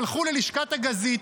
הלכו ללשכת הגזית,